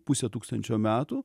pusę tūkstančio metų